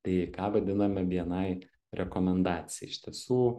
tai ką vadiname bni rekomendacija iš tiesų